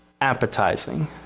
appetizing